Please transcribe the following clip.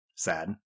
Sad